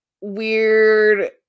weird